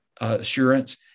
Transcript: assurance